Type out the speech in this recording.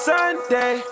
Sunday